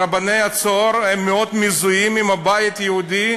רבני "צהר" מאוד מזוהים עם הבית היהודי.